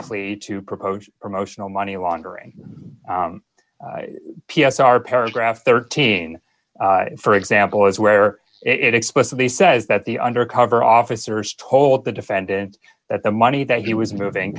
plea to propose promotional money laundering p s r paragraph thirteen for example is where it explicitly says that the undercover officers told the defendant that the money that he was moving